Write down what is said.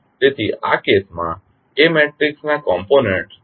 તેથી આ કેસમાં A મેટ્રિક્સ ના કોમ્પોનન્ટ્સ 0 અને 1C હશે